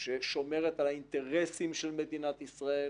ששומרת על האינטרסים של מדינת ישראל,